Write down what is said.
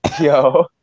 Yo